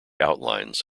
outlines